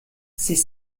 ses